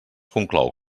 conclou